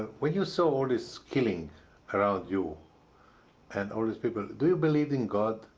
when you saw all this killing around you and all these people, do you believe in god,